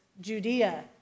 Judea